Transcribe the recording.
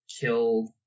kill